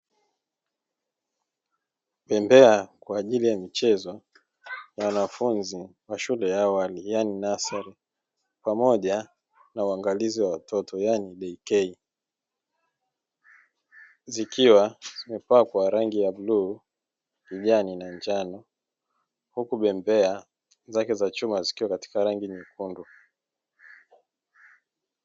Bembea kwa ajili ya michezo ya wanafunzi wa shule ya awali yaani "Nursery" pamoja na uangalizi wa watoto yaani "Daycare", zikiwa zimepakwa rangi ya bluu, kijani na njano huku bembea zake za chuma zikiwa katika rangi nyekundu.